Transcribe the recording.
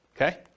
okay